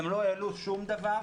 הן לא העלו שום דבר.